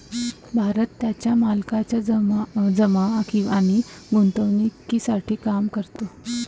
भरत त्याच्या मालकाच्या जमा आणि गुंतवणूकीसाठी काम करतो